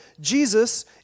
Jesus